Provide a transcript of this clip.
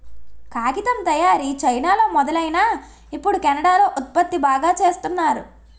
కాగితం తయారీ చైనాలో మొదలైనా ఇప్పుడు కెనడా లో ఉత్పత్తి బాగా చేస్తున్నారు